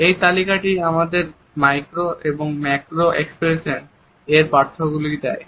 এই তালিকাটি আমাদের ম্যাক্রো এবং মাইক্রো এক্সপ্রেশন এর পার্থক্যগুলি দেয়